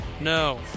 No